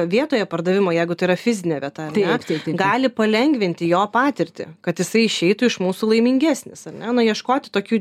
vietoje pardavimo jeigu tai yra fizinė vieta ar ne gali palengvinti jo patirtį kad jisai išeitų iš mūsų laimingesnis ar ne nu ieškoti tokių